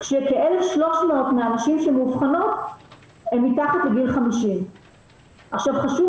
שכ-1,300 מהנשים שמאובחנות הן מתחת לגיל 50. חשוב